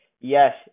Yes